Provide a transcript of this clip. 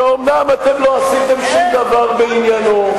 שאומנם אתם לא עשיתם שום דבר בעניינו,